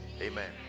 amen